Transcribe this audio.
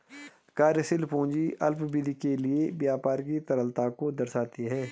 कार्यशील पूंजी अल्पावधि के लिए व्यापार की तरलता को दर्शाती है